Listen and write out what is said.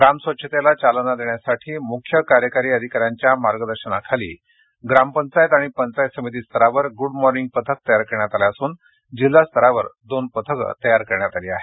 ग्रामस्वच्छतेला चालना देण्यासाठी मुख्य कार्यकारी अधिकाऱ्यांच्या मार्गदर्शनाखाली ग्रामपंचायत आणि पंचायत समिती स्तरावर गुडमॉर्निंग पथक तयार करण्यात आलं असून जिल्हास्तरावर दोन पथके तयार करण्यात आली आहेत